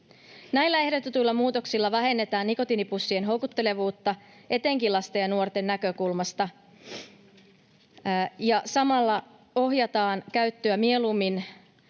Näillä ehdotetuilla muutoksilla vähennetään nikotiinipussien houkuttelevuutta etenkin lasten ja nuorten näkökulmasta ja samalla ohjataan käyttöä mieluummin